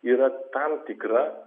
yra tam tikra